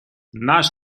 наш